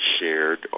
shared